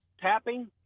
tapping